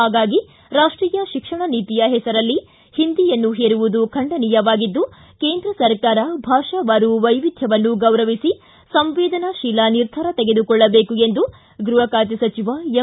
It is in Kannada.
ಹಾಗಾಗಿ ರಾಷ್ಟೀಯ ಶಿಕ್ಷಣ ನೀತಿಯ ಹೆಸರಲ್ಲಿ ಹಿಂದಿಯನ್ನು ಹೇರುವುದು ಖಂಡನೀಯವಾಗಿದ್ದು ಕೇಂದ್ರ ಸರ್ಕಾರ ಭಾಷಾವಾರು ವೈವಿಧ್ಯವನ್ನು ಗೌರವಿಸಿ ಸಂವೇದನಾಶೀಲ ನಿರ್ಧಾರ ತೆಗೆದುಕೊಳ್ಳಬೇಕು ಎಂದು ಗೃಹ ಖಾತೆ ಸಚಿವ ಎಂ